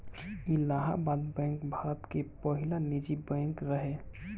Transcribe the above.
Allahabad bank Bharat के पहिला निजी बैंक रहे